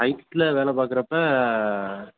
ஹைட்டில் வேலை பார்க்கறப்ப